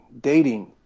dating